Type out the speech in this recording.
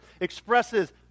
expresses